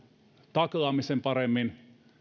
taklaamisen paremmin